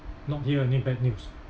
not hear any bad news